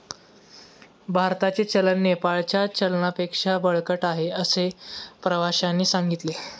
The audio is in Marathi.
भारताचे चलन नेपाळच्या चलनापेक्षा बळकट आहे, असे प्रवाश्याने सांगितले